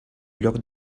lloc